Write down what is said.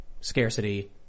Scarcity